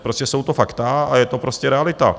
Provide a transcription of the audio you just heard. Prostě jsou to fakta a je to prostě realita.